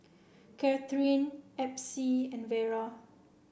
Kathryn Epsie and Vera